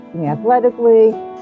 athletically